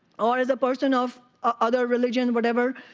or as a person of other religion, whatever,